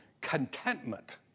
contentment